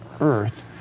earth